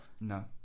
No